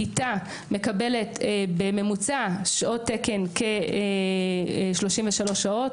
כיתה מקבלת בממוצע כ-33 שעות תקן,